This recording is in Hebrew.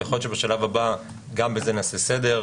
יכול להיות שבשלב הבא גם בזה נעשה סדר.